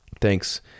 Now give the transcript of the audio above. Thanks